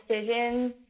decisions